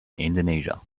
indonesia